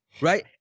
right